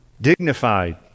Dignified